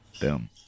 boom